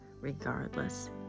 regardless